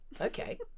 okay